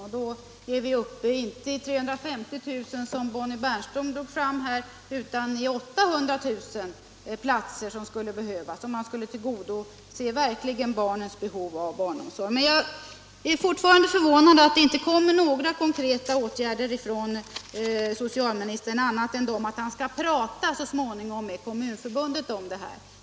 Och då är vi uppe inte i 350 000 platser, som Bonnie Bernström sade, utan då är det 800 000 platser som behövs, om vi verkligen skall kunna tillgodose barnens behov av omsorg. Jag är fortfarande förvånad över att socialministern inte föreslår några konkreta åtgärder, utan att han bara säger att man så småningom skall diskutera med Kommunförbundet om de här frågorna.